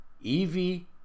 Evie